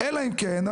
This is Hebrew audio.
אלא אם כן,